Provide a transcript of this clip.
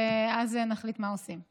ואז נחליט מה עושים.